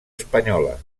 espanyola